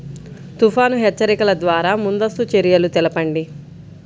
తుఫాను హెచ్చరికల ద్వార ముందస్తు చర్యలు తెలపండి?